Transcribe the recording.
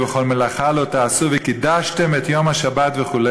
"וכל מלאכה לא תעשו וקדשתם את יום השבת" וכו',